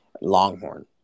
Longhorn